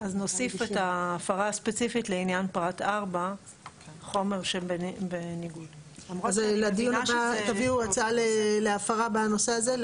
אז נוסיף את ההפרה הספציפית לעניין פרט 4. אז לדיון הבא תביאו הצעה להפרה בנושא הזה,